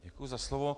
Děkuji za slovo.